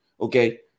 Okay